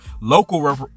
local